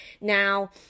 now